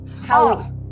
how-